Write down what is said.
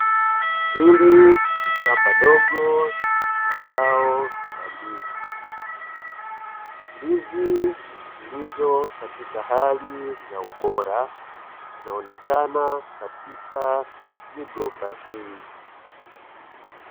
Hili ni shamba dogo la zao la ndizi. Ndizi zilizo katika hali ya ubora inaonekana katika migomba hii.